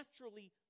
naturally